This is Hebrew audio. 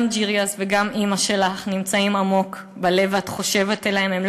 גם ג'רייס וגם אימא שלך נמצאים עמוק בלב ואת חושבת עליהם.